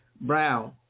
Brown